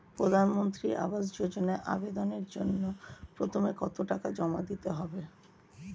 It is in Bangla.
প্রধানমন্ত্রী আবাস যোজনায় আবেদনের জন্য প্রথমে কত টাকা জমা দিতে হবে?